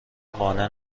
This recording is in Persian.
قانع